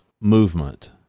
movement